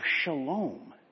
shalom